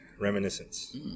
Reminiscence